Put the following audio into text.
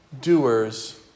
doers